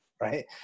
right